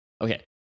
Okay